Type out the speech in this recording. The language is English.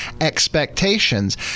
expectations